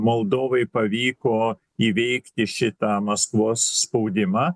moldovai pavyko įveikti šitą maskvos spaudimą